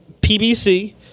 PBC